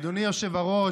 מקשיב ואומר.